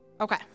Okay